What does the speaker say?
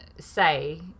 say